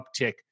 uptick